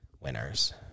winners